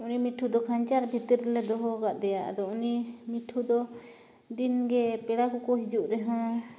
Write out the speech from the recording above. ᱩᱱᱤ ᱢᱤᱴᱷᱩ ᱫᱚ ᱠᱷᱟᱸᱧᱪᱟ ᱵᱷᱤᱛᱤᱨ ᱨᱮᱞᱮ ᱫᱚᱦᱚᱣ ᱠᱟᱫᱮᱭᱟ ᱟᱫᱚ ᱩᱱᱤ ᱢᱤᱴᱷᱩ ᱫᱚ ᱫᱤᱱᱜᱮ ᱯᱮᱲᱟ ᱠᱚᱠᱚ ᱦᱤᱡᱩᱜ ᱨᱮᱦᱚᱸ